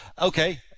Okay